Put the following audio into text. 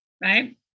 Right